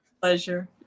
pleasure